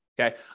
Okay